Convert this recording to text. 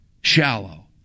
Shallow